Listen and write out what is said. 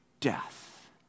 death